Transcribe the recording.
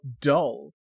dull